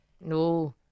no